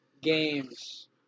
Games